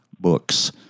books